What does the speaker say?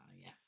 yes